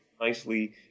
nicely